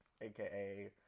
aka